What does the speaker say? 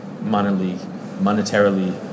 monetarily